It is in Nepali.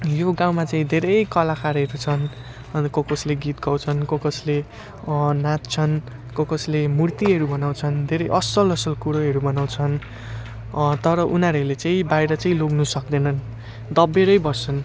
यो गाउँमा चाहिँ धेरै कलाकारहरू छन् अरू को कसले गीत गाउँछन् को कसले नाच्छन् को कसले मूर्तिहरू बनाउँछन् धेरै असल असल कुरोहरू बनाउँछन् तर उनीहरूले चाहिँ बाहिर चाहिँ लोग्नु सक्दैनन् दब्बिएरै बस्छन्